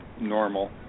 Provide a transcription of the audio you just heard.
normal